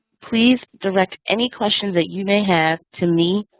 please direct any questions that you may have to me,